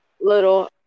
little